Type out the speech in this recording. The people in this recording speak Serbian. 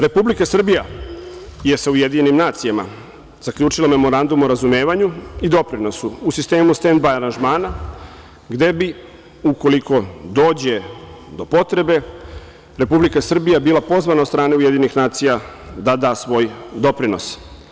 Republika Srbija je sa UN zaključila Memorandum o razumevanju i doprinosu u sistemu stend baj aranžmana, gde bi, ukoliko dođe do potrebe, Republika Srbija bila pozvana od strane UN da da svoj doprinos.